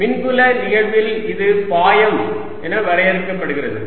மின்புல நிகழ்வில் இது பாயம் என வரையறுக்கப்படுகிறது